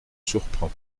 surprend